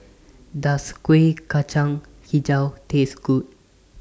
Does Kuih Kacang Hijau Taste Good